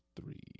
three